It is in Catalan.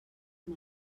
amb